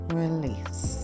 release